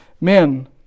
men